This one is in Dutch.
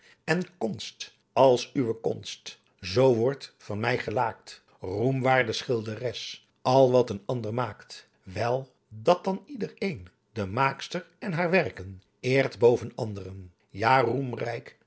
en konst als uwe konst zoo wordt van my gelaakt roemwaarde schilderes al wat een ander maakt wel dat dan ieder een de maakster en haar werken eert boven andren jae